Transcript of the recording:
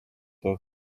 talk